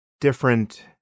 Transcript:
different